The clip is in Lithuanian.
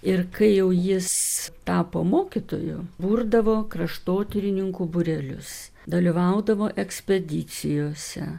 ir kai jau jis tapo mokytoju burdavo kraštotyrininkų būrelius dalyvaudavo ekspedicijose